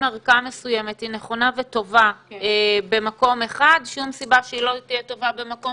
ערכה מסוימת היא נכונה וטובה במקום אחד שום סיבה שהיא לא תהיה טובה במקום